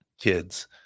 kids